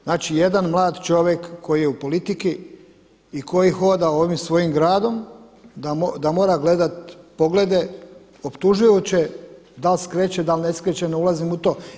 Znači jedan mladi čovjek koji je u politici i koji hoda ovim svojim gradom da mora gledati poglede optužujuće da li skreće, da li ne skreće, ne ulazim u to.